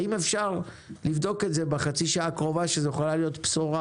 האם אפשר לבדוק את זה בחצי השעה הקרובה כי זאת יכולה להיות בשורה.